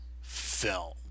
film